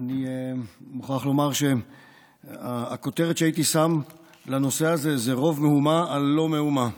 אני מוכרח לומר שהכותרת שהייתי שם לנושא הזה היא רוב מהומה על לא מאומה.